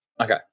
Okay